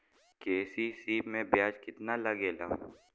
KCC में ब्याज कितना लागेला?